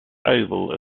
oval